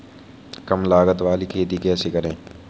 कम लागत वाली खेती कैसे करें?